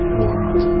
world